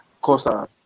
Costa